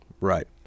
right